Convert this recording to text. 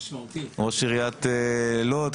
ראש עיריית לוד,